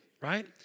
Right